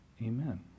Amen